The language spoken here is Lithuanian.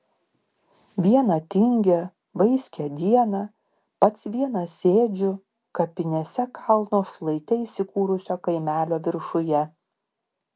vieną tingią vaiskią dieną pats vienas sėdžiu kapinėse kalno šlaite įsikūrusio kaimelio viršuje